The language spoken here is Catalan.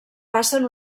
passen